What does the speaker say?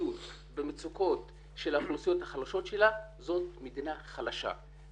ביסודיות במצוקות של האוכלוסיות החלשות שלה זאת מדינה חלשה.